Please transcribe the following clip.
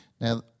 Now